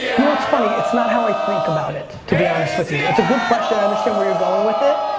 you know it's funny, it's not how i think about it to be honest with you, it's a good question i understand where you're going with it.